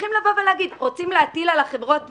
צריכים לבוא ולומר שרוצים להטיל על החברות מס,